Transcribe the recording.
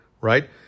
right